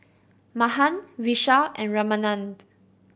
Mahan Vishal and Ramanand